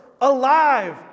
alive